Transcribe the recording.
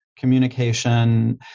Communication